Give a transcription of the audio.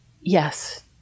Yes